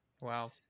Wow